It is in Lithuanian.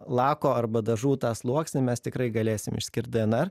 lako arba dažų tą sluoksnį mes tikrai galėsim išskirt dnr